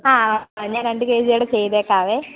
ആ ഞാൻ രണ്ട് കെ ജിയുടേതു ചെയ്തേക്കാവേ